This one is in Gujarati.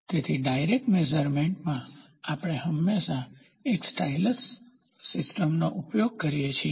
તેથી ઇનડાયરેક્ટ મેઝરમેન્ટમાં આપણે હંમેશાં એક સ્ટાઇલસ સિસ્ટમનો ઉપયોગ કરીએ છીએ